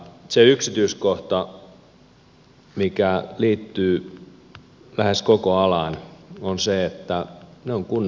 se yksityiskohta mikä liittyy lähes koko alaan on se että se on kunnan hallinnassa